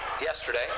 Yesterday